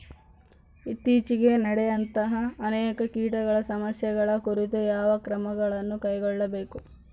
ಇತ್ತೇಚಿಗೆ ನಡೆಯುವಂತಹ ಅನೇಕ ಕೇಟಗಳ ಸಮಸ್ಯೆಗಳ ಕುರಿತು ಯಾವ ಕ್ರಮಗಳನ್ನು ಕೈಗೊಳ್ಳಬೇಕು?